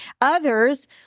Others